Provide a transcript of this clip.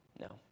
No